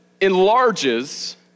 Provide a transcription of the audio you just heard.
enlarges